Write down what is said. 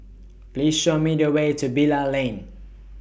Please Show Me The Way to Bilal Lane